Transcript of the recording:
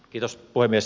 kiitos puhemies